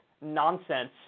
nonsense